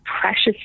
precious